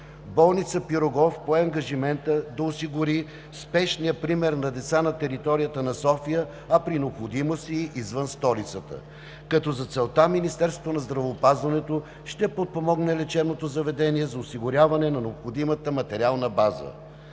Болница „Пирогов“ пое ангажимента да осигури спешния прием на деца на територията на София, а при необходимост и извън столицата, като за целта Министерството на здравеопазването ще подпомогне лечебното заведение за осигуряване на необходимата материална база.